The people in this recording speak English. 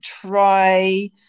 try